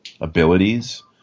abilities